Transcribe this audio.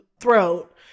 throat